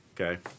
Okay